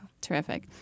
Terrific